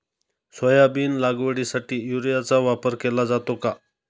Soybean लागवडीसाठी युरियाचा वापर केला जातो का?